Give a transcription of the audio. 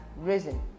risen